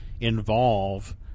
involve